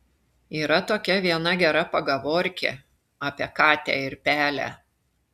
yra tokia viena gera pagavorkė apie katę ir pelę